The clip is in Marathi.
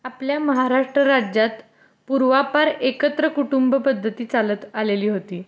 आपल्या महाराष्ट्र राज्यात पूर्वापार एकत्र कुटुंब पद्धती चालत आलेली होती